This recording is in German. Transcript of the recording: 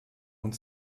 und